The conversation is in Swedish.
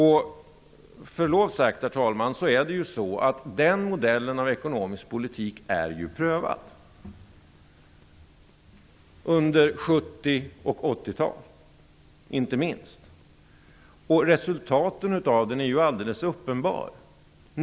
Herr talman! Med förlov sagt är den modellen av ekonomisk politik prövad, inte minst under 70 och 80-talet. Resultaten av den är alldeles uppenbar.